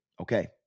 okay